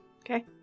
Okay